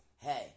hey